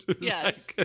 yes